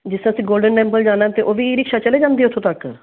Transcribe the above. ਜਿਸ ਤਰ੍ਹਾਂ ਅਸੀਂ ਗੋਲਡਨ ਟੈਂਪਲ ਜਾਣਾ ਤਾਂ ਉਹ ਵੀ ਈ ਰਿਕਸ਼ਾ ਚਲੇ ਜਾਂਦੇ ਉੱਥੋਂ ਤੱਕ